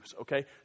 okay